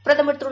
பிரதமர் திரு